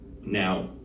Now